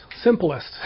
simplest